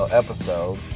episode